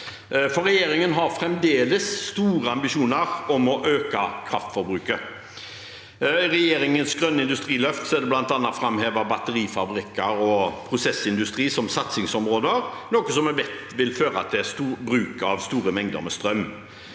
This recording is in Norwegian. Regjeringen har fremdeles store ambisjoner om å øke kraftforbruket. I regjeringens grønne industriløft er bl.a. batterifabrikker og prosessindustri framhevet som satsingsområder, noe vi vet vil føre til bruk av store mengder med strøm.